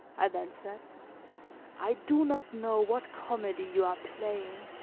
i then said i do not know what comedy you are playing,